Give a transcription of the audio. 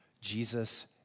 Jesus